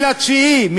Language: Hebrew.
2 בספטמבר,